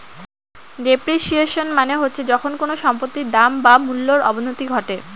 depreciation মানে হচ্ছে যখন কোনো সম্পত্তির দাম বা মূল্যর অবনতি ঘটে